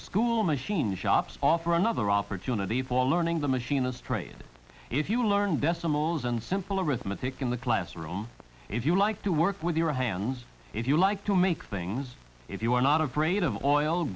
school machine shops offer another opportunity for learning the machinist trade if you learn decimals and simple arithmetic in the classroom if you like to work with your hands if you like to make things if you are not afraid of oil